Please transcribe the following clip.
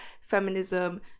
feminism